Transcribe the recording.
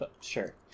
sure